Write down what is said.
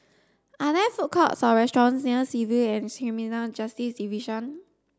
are there food courts or restaurants near Civil and Criminal Justice Division